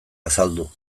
azaldu